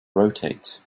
rotate